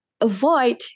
Avoid